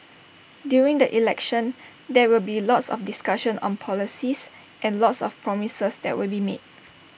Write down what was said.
during the elections there will be lots of discussion on policies and lots of promises that will be made